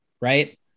Right